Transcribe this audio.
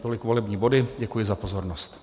Tolik volební body, děkuji za pozornost.